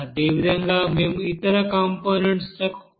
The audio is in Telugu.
అదేవిధంగా మేము ఇతర కంపోనెంట్స్ లకు కూడా చేయవచ్చు